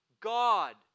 God